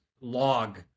log